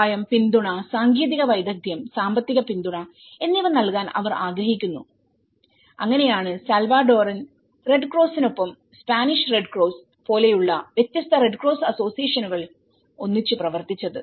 സഹായം പിന്തുണ സാങ്കേതിക വൈദഗ്ധ്യംസാമ്പത്തിക പിന്തുണ എന്നിവ നൽകാൻ അവർ ആഗ്രഹിക്കുന്നു അങ്ങനെയാണ് സാൽവഡോറൻ റെഡ് ക്രോസിനൊപ്പംസ്പാനിഷ് റെഡ് ക്രോസ് പോലെയുള്ള വ്യത്യസ്ത റെഡ് ക്രോസ് അസോസിയേഷനുകൾഒന്നിച്ചു പ്രവർത്തിച്ചത്